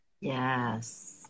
Yes